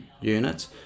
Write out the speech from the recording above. units